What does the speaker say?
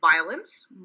violence